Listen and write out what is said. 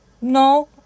No